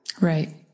Right